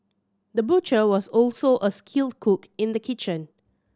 the butcher was also a skilled cook in the kitchen